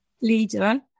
leader